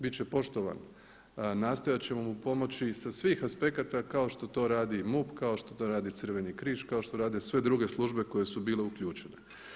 Bit će poštovan, nastojat ćemo mu pomoći sa svih aspekata kao što to radi i MUP kao što to radi Crveni križ kao što rade sve druge službe koje su bile uključene.